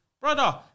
Brother